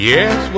Yes